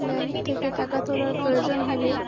bank থেকে টাকা তোলার প্রয়োজন হলে